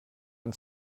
ein